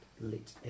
lit